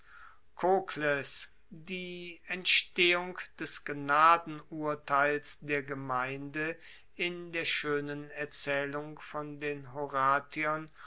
die entstehung des gnadenurteils der gemeinde in der schoenen erzaehlung von den horatiern